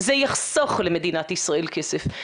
זה יחסוך למדינת ישראל כסף,